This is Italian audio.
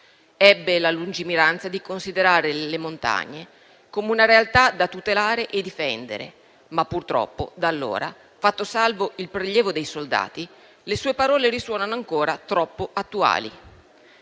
ebbe la lungimiranza di considerare le montagne come una realtà da tutelare e difendere; purtroppo però da allora, fatto salvo il prelievo dei soldati, le sue parole risuonano ancora troppo attuali.